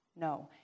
No